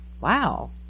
Wow